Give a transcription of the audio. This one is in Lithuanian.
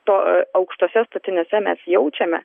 to aukštuose statiniuose mes jaučiame